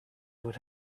would